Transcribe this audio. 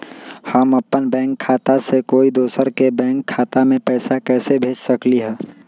हम अपन बैंक खाता से कोई दोसर के बैंक खाता में पैसा कैसे भेज सकली ह?